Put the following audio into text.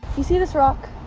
you see this rock?